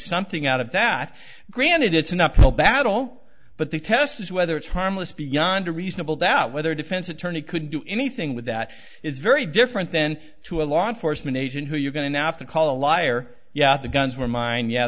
something out of that granted it's an uphill battle but the test is whether it's harmless beyond a reasonable doubt whether a defense attorney could do anything with that is very different then to a law enforcement agent who you're going to now have to call a liar yeah the guns were mine yeah